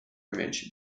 image